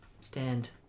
stand